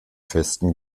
festen